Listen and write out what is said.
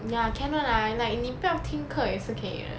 ya can [one] lah like 你不要听课也是可以的